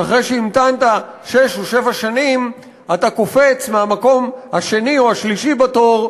שאחרי שהמתנת שש או שבע שנים אתה קופץ מהמקום השני או השלישי בתור,